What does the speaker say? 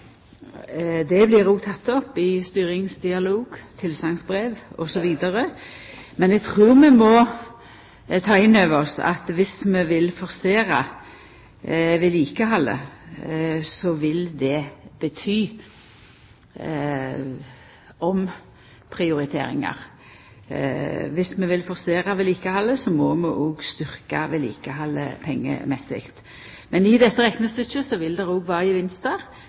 Det blir òg teke opp i styringsdialog, tilsegnsbrev osv., men eg trur vi må ta inn over oss at om vi vil forsera vedlikehaldet, vil det bety omprioriteringar. Om vi vil forsera vedlikehaldet, må vi òg styrkja vedlikehaldet med pengar. I dette reknetykket vil det